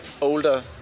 older